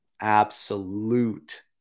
absolute